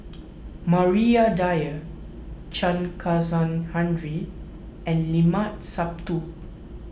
Maria Dyer Chen Kezhan Henri and Limat Sabtu